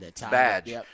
badge